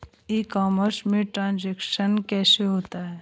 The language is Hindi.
ई कॉमर्स में ट्रांजैक्शन कैसे होता है?